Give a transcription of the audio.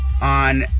on